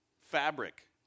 fabric